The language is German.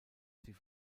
sie